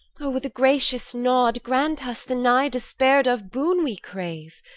o with a gracious nod grant us the nigh despaired-of boon we crave?